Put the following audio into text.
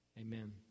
Amen